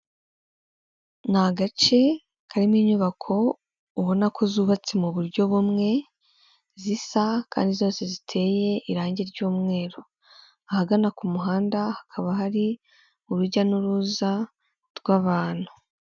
Ni agace karimo inyubako ubona ko zubatse mu buryo bumwe, zisa kandi zose ziteye irange ry'umweru. Ahagana ku muhanda hakaba hari urujya n'uruza rw'abantu.